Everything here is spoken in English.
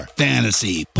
fantasy